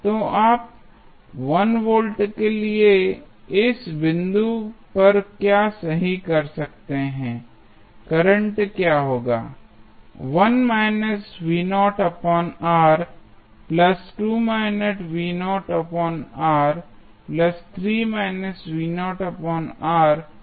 तो आप 1 वोल्ट के लिए इस बिंदु पर क्या सही कर सकते हैं करंट क्या होगा